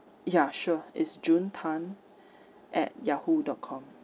ya sure it's june tan at Yahoo dot com